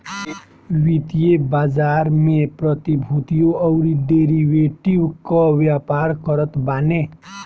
वित्तीय बाजार में प्रतिभूतियों अउरी डेरिवेटिव कअ व्यापार करत बाने